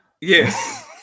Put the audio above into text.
Yes